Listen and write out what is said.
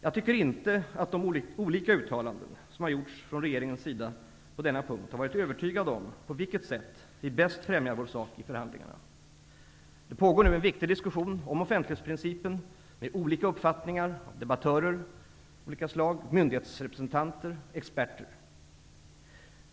Jag tycker inte att de olika uttalanden som gjorts från regeringens sida på denna punkt har varit övertygande om på vilket sätt vi bäst främjar vår sak i förhandlingarna. Det pågår nu en viktig diskussion om offentlighetsprincipen, med olika uppfattningar hos debattörer av olika slag, myndighetsrepresentanter och experter.